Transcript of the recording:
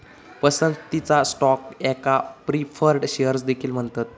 पसंतीचा स्टॉक याका preferred shares देखील म्हणतत